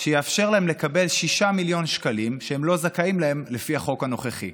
מה שיאפשר להם לקבל 6 מיליון שקלים שהם לא זכאים להם לפי החוק הנוכחי.